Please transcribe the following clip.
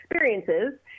experiences